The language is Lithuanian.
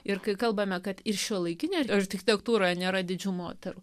ir kai kalbame kad ir šiuolaikinė architektūra nėra didžių moterų